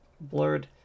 blurred